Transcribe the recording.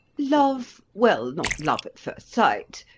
love well, not love at first sight,